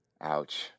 Ouch